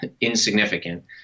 insignificant